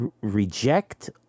reject